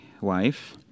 wife